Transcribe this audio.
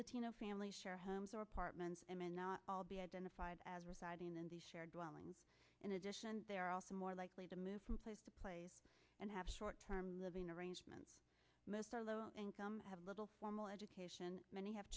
latino families share homes or apartments and not all be identified as residing in the shared dwelling in addition they are also more likely to move from place to place and have short term living arrangements most are low income have little formal education many have